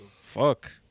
Fuck